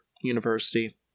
University